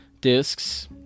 discs